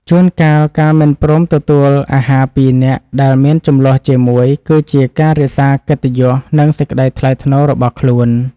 ជួនកាលការមិនព្រមទទួលអាហារពីអ្នកដែលមានជម្លោះជាមួយ គឺជាការរក្សាកិត្តិយសនិងសេចក្តីថ្លៃថ្នូររបស់ខ្លួន។